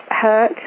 hurt